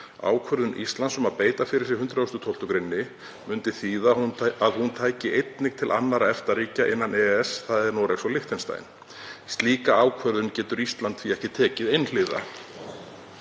Ákvörðun Íslands um að beita fyrir sig 112. gr. myndi þýða að hún tæki einnig til annarra EFTA-ríkja innan EES, þ.e. Noregs og Liechtensteins. Slíka ákvörðun getur Ísland því ekki tekið einhliða.